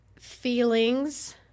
feelings